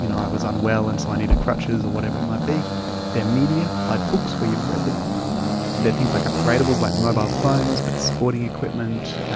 you know i was unwell and so i needed crutches, or whatever it might be they are media, like books where you have read the book they are things like upgradables like mobile phones, but sporting equipment,